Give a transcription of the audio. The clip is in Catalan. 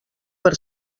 per